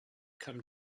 come